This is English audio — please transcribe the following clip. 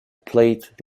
plate